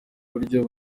buryo